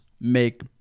make